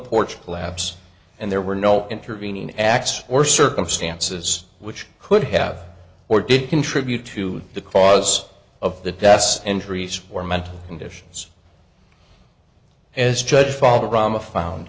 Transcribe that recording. porch collapse and there were no intervening acts or circumstances which could have or did contribute to the cause of the deaths injuries for mental conditions as judge father rama found